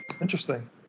interesting